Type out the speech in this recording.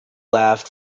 laugh